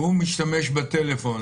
והוא משתמש בטלפון.